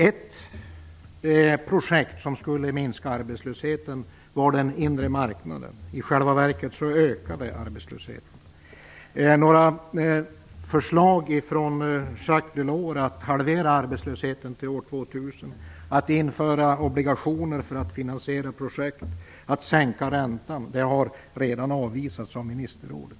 Ett projekt som skulle minska arbetslösheten var den inre marknaden. I själva verket ökade arbetslösheten. Förslagen från Jacques Delors om att halvera arbetslösheten fram till år 2000, om att införa obligationer för att finansiera projekt och om att sänka räntan har redan avvisats av ministerrådet.